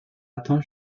atteint